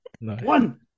One